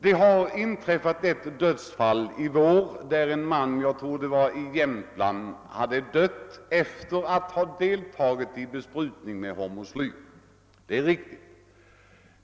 Det har inträffat ett dödsfall i vår, jag tror att det var i Jämtland. En man dog efter att ha deltagit i besprutning med hormoslyr.